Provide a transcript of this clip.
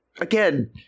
again